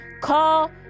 call